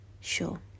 sure